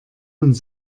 und